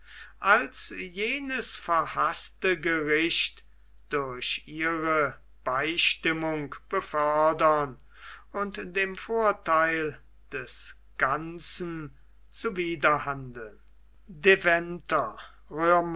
als jenes verhaßte gericht durch ihre beistimmung befördern und dem vortheil des ganzen zuwider handeln deventer